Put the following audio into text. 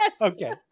Okay